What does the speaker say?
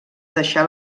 deixar